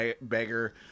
beggar